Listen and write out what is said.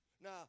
Now